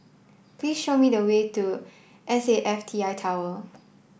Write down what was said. please show me the way to S A F T I Tower